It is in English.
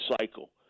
cycle